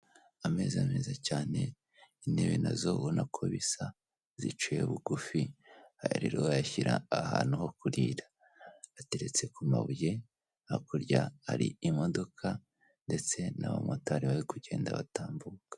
Ameza meza cyane, intebe na zo ubona ko bisa, ziciye bugufi, aya rero wayashyira ahantu ho kurira. Ateretse ku mabuye, hakurya hari imodoka ndetse n'abamotari bari kugenda batambuka.